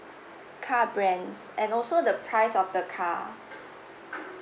car brands and also the price of the car